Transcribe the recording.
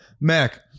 Mac